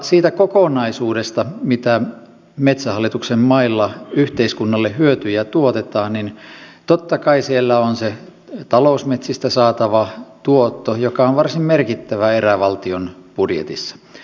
siitä kokonaisuudesta mitä metsähallituksen mailla yhteiskunnalle hyötyjä tuotetaan totta kai siellä on se talousmetsistä saatava tuotto joka on varsin merkittävä erä valtion budjetissa